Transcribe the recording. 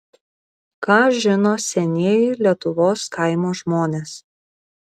ką žino senieji lietuvos kaimo žmonės